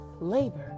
labor